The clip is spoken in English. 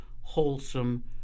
wholesome